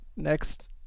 next